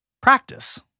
practice